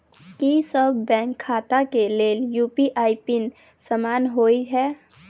की सभ बैंक खाता केँ लेल यु.पी.आई पिन समान होइ है?